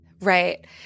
Right